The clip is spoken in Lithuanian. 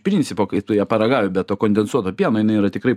principo kai tu ją paragauji be to kondensuoto pieno jinai yra tikrai